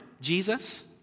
Jesus